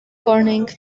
corning